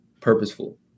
purposeful